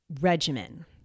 regimen